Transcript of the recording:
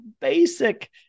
basic